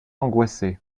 angoissé